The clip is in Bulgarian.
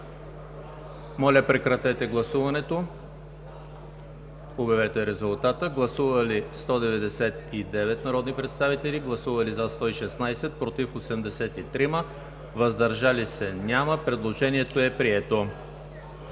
Прекратете гласуването и обявете резултата. Гласували 143 народни представители: за 105, против 38, въздържали се няма. Предложението е прието.